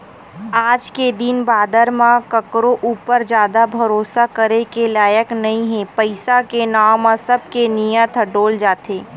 आज के दिन बादर म कखरो ऊपर जादा भरोसा करे के लायक नइ हे पइसा के नांव म सब के नियत ह डोल जाथे